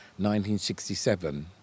1967